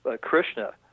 Krishna